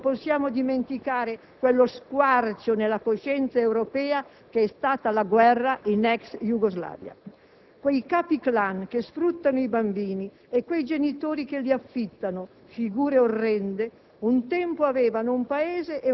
Nel nostro dibattito non possiamo dimenticare quello squarcio nella coscienza europea che è stata la guerra nella ex Jugoslavia. Quei capi *clan* che sfruttano i bambini e quei genitori che li affittano, figure orrende,